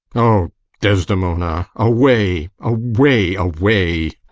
o desdemona away! away! away!